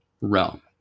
realm